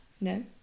No